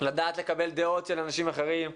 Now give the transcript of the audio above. לדעת לקבל דעות של אנשים אחרים.